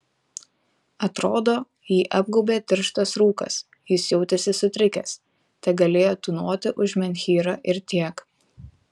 atrodo jį apgaubė tirštas rūkas jis jautėsi sutrikęs tegalėjo tūnoti už menhyro ir tiek